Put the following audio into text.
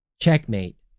Checkmate